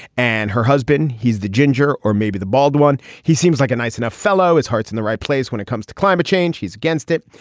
and her husband. he's the ginger or maybe the bald one. he seems like a nice enough fellow. his heart's in the right place when it comes to climate change. he's against it.